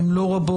הן לא רבות.